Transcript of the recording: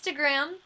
Instagram